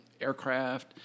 aircraft